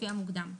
לפי המוקדם.